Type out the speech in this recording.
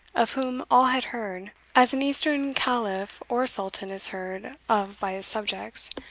of whom all had heard, as an eastern caliph or sultan is heard of by his subjects,